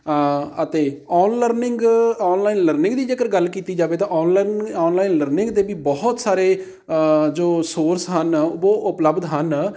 ਅਤੇ on learning online learning ਦੀ ਜੇਕਰ ਗੱਲ ਕੀਤੀ ਜਾਵੇ ਤਾਂ ਔਨਲਾਈਨ ਲਰਨਿੰਗ ਦੇ ਵੀ ਬਹੁਤ ਸਾਰੇ ਜੋ ਸੋਰਸ ਹਨ ਉਹ ਬਹੁਤ ਉਪਲਬਧ ਹਨ